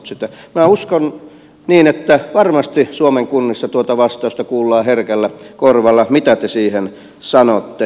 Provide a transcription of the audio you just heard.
minä uskon niin että varmasti suomen kunnissa tuota vastausta kuullaan herkällä korvalla mitä te siihen sanotte